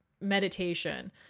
meditation